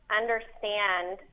understand